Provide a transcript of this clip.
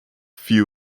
few